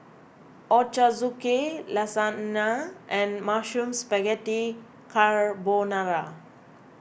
Ochazuke Lasagna and Mushroom Spaghetti Carbonara